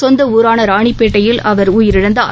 சொந்தஊரானராணிப்பேட்டையில் அவர் உயிரிழந்தார்